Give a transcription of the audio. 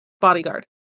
Bodyguard